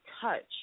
touch